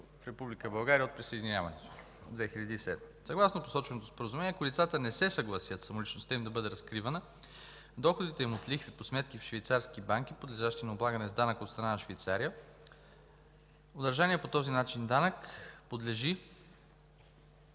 България от присъединяването й през 2007 г. Съгласно посоченото Споразумение, ако лицата не се съгласят самоличността им да бъде разкривана, доходите им от лихви по сметки в швейцарски банки подлежат на облагане с данък от страна на Швейцария. Удържаният по този начин данък подлежи